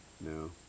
No